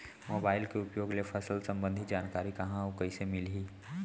Mobile के उपयोग ले फसल सम्बन्धी जानकारी कहाँ अऊ कइसे मिलही?